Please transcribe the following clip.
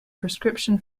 prescription